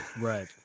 Right